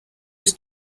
was